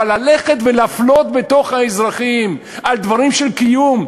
אבל ללכת ולהפלות בין האזרחים על דברים של קיום,